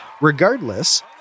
Regardless